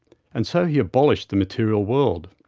and so he abolished the material world.